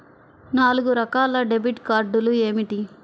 నాలుగు రకాల డెబిట్ కార్డులు ఏమిటి?